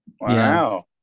Wow